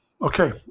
Okay